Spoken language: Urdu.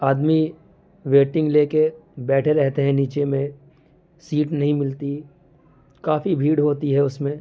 آدمی ویٹنگ لے کے بیٹھے رہتے ہیں نیچے میں سیٹ نہیں ملتی کافی بھیڑ ہوتی ہے اس میں